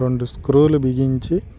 రెండు స్క్రూలు బిగించి